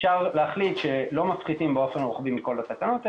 אפשר להחליט שלא מפחיתים באופן רוחבי מכל התקנות,